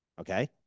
Okay